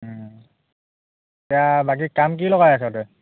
এতিয়া বাকী কাম কি লগাই আছ তই